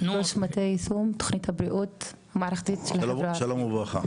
ראש מטה יישום תוכנית הבריאות המערכתית בחברה הערבית.